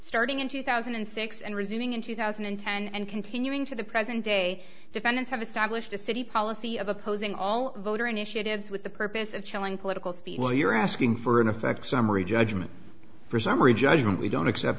starting in two thousand and six and resuming in two thousand and ten and continuing to the present day defendants have established a city policy of opposing all voter initiatives with the purpose of chilling political speech well you're asking for in effect summary judgment for summary judgment we don't accept